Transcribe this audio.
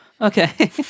Okay